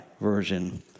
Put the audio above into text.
version